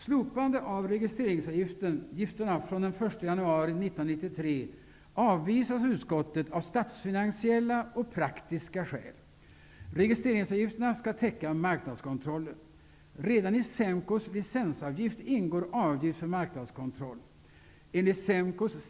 januari 1993 avvisas av utskottet av statsfinansiella och praktiska skäl. Registreringsavgifterna skall täcka marknadskontrollen. Redan i SEMKO:s licensavgift ingår avgift för marknadskontroll.